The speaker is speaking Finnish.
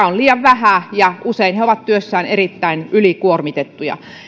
on liian vähän ja usein he ovat työssään erittäin ylikuormitettuja